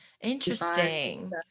interesting